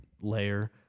layer